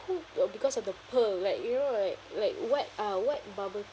who uh because of the pearl like you know right like what uh what bubble